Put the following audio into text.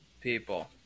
people